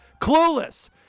Clueless